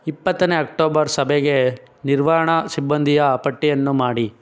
ಇಪ್ಪತ್ತನೇ ಅಕ್ಟೋಬರ್ ಸಭೆಗೆ ನಿರ್ವಹಣಾ ಸಿಬ್ಬಂದಿಯ ಪಟ್ಟಿಯನ್ನು ಮಾಡಿ